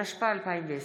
התשפ"א 2020,